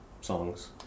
songs